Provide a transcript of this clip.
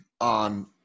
on